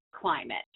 climate